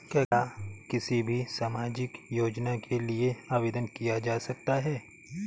क्या किसी भी सामाजिक योजना के लिए आवेदन किया जा सकता है?